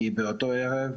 כי באותו ערב,